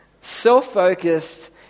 self-focused